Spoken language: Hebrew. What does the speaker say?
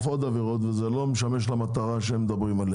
עוד עבירות וזה לא משמש למטרה שהם מדברים עליה.